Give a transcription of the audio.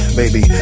baby